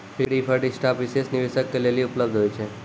preferred stock विशेष निवेशक के लेली उपलब्ध होय छै